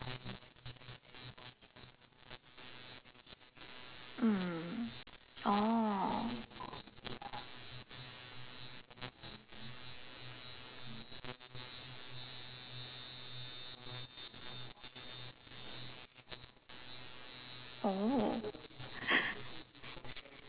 mm oh oh